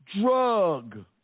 drug